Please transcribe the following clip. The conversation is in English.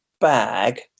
bag